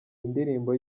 ndirimbo